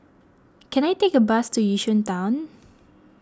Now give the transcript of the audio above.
can I take a bus to Yishun Town